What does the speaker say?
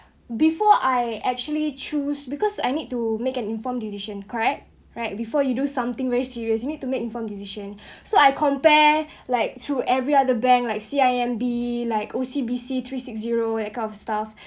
before I actually choose because I need to make an informed decision correct right before you do something very serious you need to make informed decision so I compare like through every other bank like C_I_M_B like O_C_B_C three six zero account of stuff